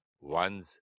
one's